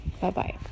Bye-bye